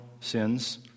sins